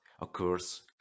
occurs